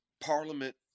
parliament